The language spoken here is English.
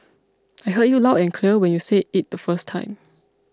I heard you loud and clear when you said it the first time